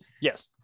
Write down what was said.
yes